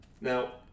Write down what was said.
Now